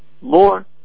more